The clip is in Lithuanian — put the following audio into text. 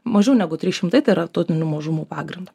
mažiau negu trys šimtai tai yra tautinių mažumų pagrindu